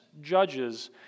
judges